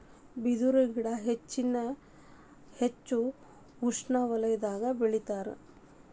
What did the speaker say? ಬಿದರು ಗಿಡಾ ಹೆಚ್ಚಾನ ಹೆಚ್ಚ ಉಷ್ಣವಲಯದಾಗ ಬೆಳಿತಾರ